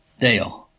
Dale